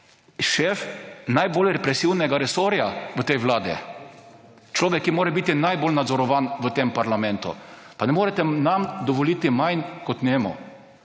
šef najbolj represivnega resorja v tej vladi; človek, ki mora biti najbolj nadzorovan v tem parlamentu. Pa ne morete nam dovoliti manj kot njemu!